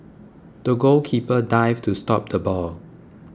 the goalkeeper dived to stop the ball